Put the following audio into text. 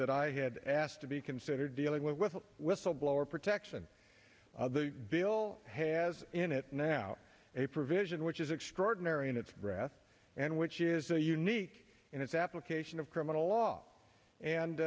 that i had asked to be considered dealing with a whistleblower protection bill has in it now a provision which is extraordinary in its breath and which is so unique in its application of criminal law